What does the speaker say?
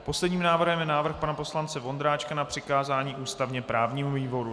Posledním návrhem je návrh pana poslance Vondráčka na přikázání ústavněprávnímu výboru.